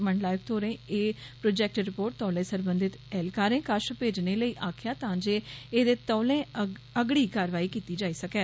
मंडलायुक्त होरें एह् प्रोजैक्ट रिपोर्ट तौलें सरबंघत एहलकारें कश भेजने लेई आक्खेआ तां जे एह्दे तौलें अगड़ी कार्रवाई कीती जाई सकै